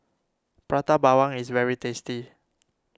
Prata Bawang is very tasty